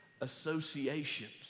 associations